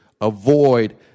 avoid